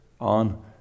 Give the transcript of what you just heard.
on